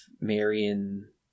Marion